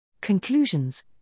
Conclusions